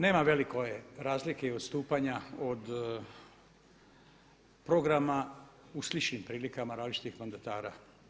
Nema velike razlike i odstupanja od programa u sličnim prilikama različitih mandatara.